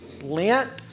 Lent